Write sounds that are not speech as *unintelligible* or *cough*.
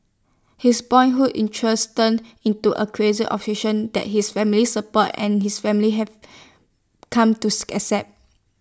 his boyhood interest turned into A crazy obsession that his family support and his family have come to *unintelligible* accept